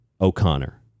O'Connor